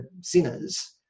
sinners